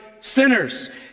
sinners